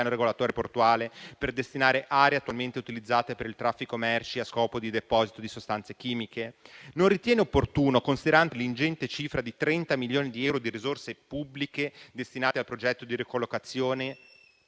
regolatore portuale per destinare aree attualmente utilizzate per il traffico merci a scopo di deposito di sostanze chimiche? Non ritiene opportuno, considerata l'ingente cifra di 30 milioni di euro di risorse pubbliche destinate al progetto di ricollocazione,